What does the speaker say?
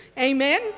Amen